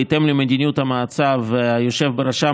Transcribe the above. בהתאם למדיניות המועצה והיושב בראשה,